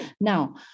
Now